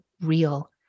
real